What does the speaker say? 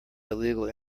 illegal